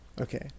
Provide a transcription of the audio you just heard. Okay